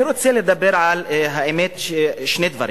אני רוצה לדבר, האמת, על שני דברים.